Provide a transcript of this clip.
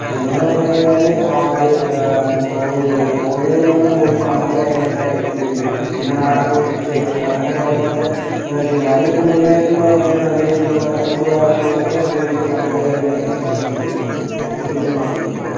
പിന്നേയെന്നു പറഞ്ഞു കഴിഞ്ഞാൽ ആട് കോഴികൾ കോഴികള് എന്ന് പറഞ്ഞാൽ ഫാമ് കാര്യങ്ങളൊക്കെ ഈ ഉണ്ട് പിന്നെ നാടന്കോഴി കൃഷികൾ അങ്ങനത്തെ കാര്യങ്ങളൊക്കെ ഇവിടെ ചെയ്യുന്നുണ്ട് അതിനൊക്കെ മെയിന് ആയിട്ട് എന്ന് പറഞ്ഞു കഴിഞ്ഞാൽ നല്ല രീതിയിലുള്ള ചൂട് കാലങ്ങളിലൊക്കെ നല്ല രീതിയിൽ തണുപ്പ് കാര്യങ്ങളൊക്കെ കിട്ടാന് വേണ്ടീട്ട് ശ്രദ്ധിച്ചാൽ മാത്രം മതിയാകും